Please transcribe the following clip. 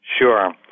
Sure